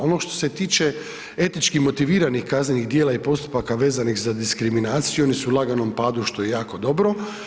Ono što se tiče etičkih motiviranih kaznenih djela i postupaka vezanih za diskriminaciju, oni su u laganom padu što je jako dobro.